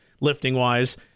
lifting-wise